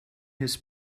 his